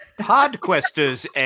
Podquesters